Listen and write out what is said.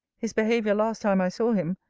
his behaviour last time i saw him,